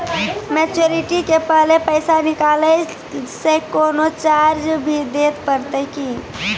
Maturity के पहले पैसा निकालै से कोनो चार्ज भी देत परतै की?